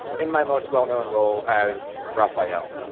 in my most well-known role, as rafael.